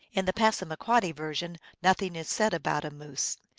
in the pas samaquoddy version nothing is said about a moose.